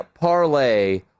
parlay